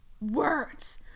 words